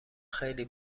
خیلی